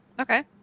Okay